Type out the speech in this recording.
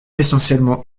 essentiellement